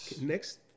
Next